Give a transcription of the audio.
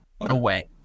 away